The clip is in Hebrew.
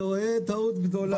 אתה טועה טעות גדולה.